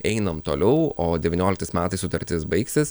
einam toliau o devynioliktais metais sutartis baigsis